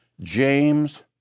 James